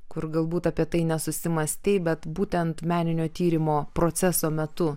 kur galbūt apie tai nesusimąstei bet būtent meninio tyrimo proceso metu